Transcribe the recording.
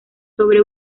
sobre